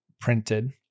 printed